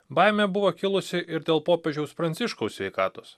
baimė buvo kilusi ir dėl popiežiaus pranciškaus sveikatos